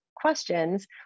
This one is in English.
questions